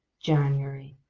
january.